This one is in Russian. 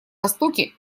востоке